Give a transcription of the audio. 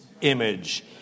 image